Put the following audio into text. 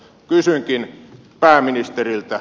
kysynkin pääministeriltä